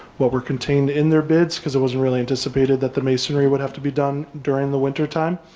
what were contained in their bids cause it wasn't really anticipated that the masonry would have to be done during the wintertime.